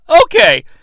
okay